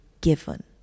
given